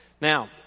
Now